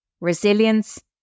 resilience